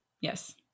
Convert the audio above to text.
Yes